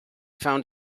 found